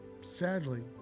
Sadly